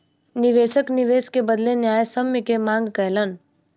निवेशक निवेश के बदले न्यायसम्य के मांग कयलैन